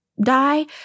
Die